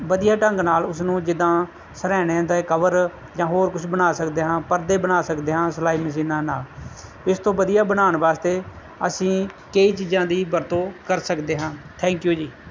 ਵਧੀਆ ਢੰਗ ਨਾਲ ਉਸਨੂੰ ਜਿੱਦਾਂ ਸਰ੍ਹਾਣਿਆਂ ਦੇ ਕਵਰ ਜਾਂ ਹੋਰ ਕੁਝ ਬਣਾ ਸਕਦੇ ਹਾਂ ਪਰਦੇ ਬਣਾ ਸਕਦੇ ਹਾਂ ਸਿਲਾਈ ਮਸ਼ੀਨਾਂ ਨਾਲ ਇਸ ਤੋਂ ਵਧੀਆ ਬਣਾਉਣ ਵਾਸਤੇ ਅਸੀਂ ਕਈ ਚੀਜ਼ਾਂ ਦੀ ਵਰਤੋਂ ਕਰ ਸਕਦੇ ਹਾਂ ਥੈਂਕ ਯੂ ਜੀ